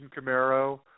Camaro